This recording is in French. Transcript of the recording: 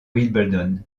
wimbledon